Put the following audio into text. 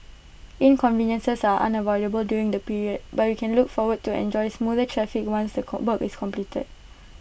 inconveniences are unavoidable during the period but we can look forward to enjoy smoother traffic once the is completed